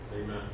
amen